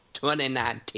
2019